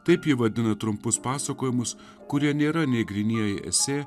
taip ji vadina trumpus pasakojimus kurie nėra nei grynieji esė